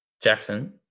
Jackson